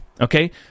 Okay